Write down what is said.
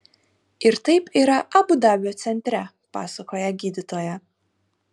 ir taip yra abu dabio centre pasakoja gydytoja